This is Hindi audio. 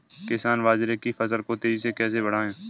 किसान बाजरे की फसल को तेजी से कैसे बढ़ाएँ?